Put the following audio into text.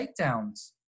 takedowns